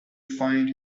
find